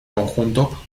conjunto